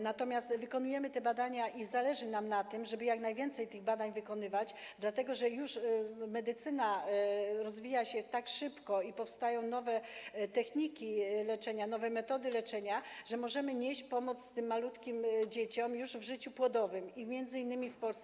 Natomiast wykonujemy te badania i zależy nam na tym, żeby jak najwięcej tych badań wykonywać, dlatego że medycyna rozwija się już tak szybko, że powstają nowe techniki leczenia, nowe metody leczenia i możemy nieść pomoc tym malutkim dzieciom już w życiu płodowym w Polsce.